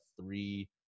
three